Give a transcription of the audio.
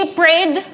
prayed